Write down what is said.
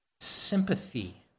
sympathy